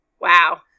Wow